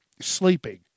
sleeping